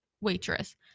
waitress